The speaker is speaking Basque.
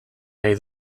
nahi